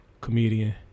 comedian